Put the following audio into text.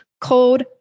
cold